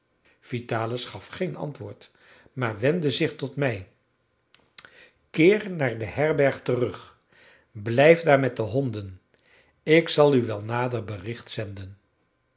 vitalis gaf geen antwoord maar wendde zich tot mij keer naar de herberg terug blijf daar met de honden ik zal u wel nader bericht zenden